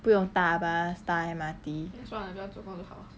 不用搭 bus 搭 M_R_T